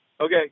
Okay